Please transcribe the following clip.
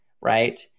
right